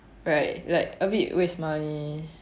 right like a bit waste money